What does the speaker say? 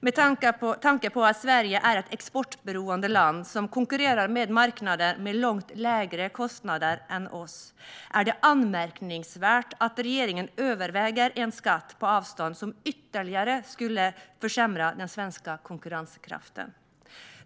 Med tanke på att Sverige är ett exportberoende land som konkurrerar med marknader med långt lägre kostnader än vad vi har här är det anmärkningsvärt att regeringen överväger en skatt på avstånd som ytterligare skulle försämra den svenska konkurrenskraften.